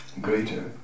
greater